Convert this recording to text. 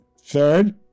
Third